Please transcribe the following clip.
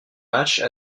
matchs